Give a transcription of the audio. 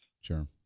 Sure